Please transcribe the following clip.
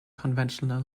conventional